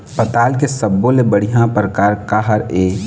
पताल के सब्बो ले बढ़िया परकार काहर ए?